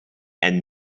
and